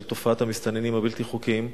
של המסתננים הבלתי-חוקיים,